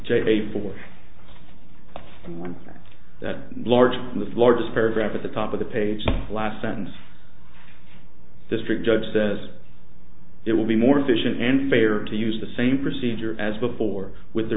that large and the largest paragraph at the top of the page last sentence district judge says it will be more efficient and fair to use the same procedure as before with the